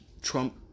Trump